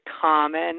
common